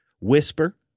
Whisper